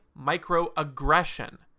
microaggression